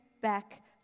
back